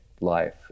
life